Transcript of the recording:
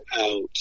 out